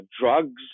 drugs